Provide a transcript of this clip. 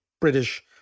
British